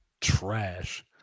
trash